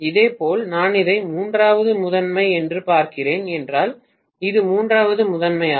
இதேபோல் நான் இதை மூன்றாவது முதன்மை என்று பார்க்கிறேன் என்றால் இது மூன்றாவது முதன்மை ஆகும்